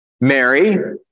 Mary